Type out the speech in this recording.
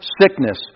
sickness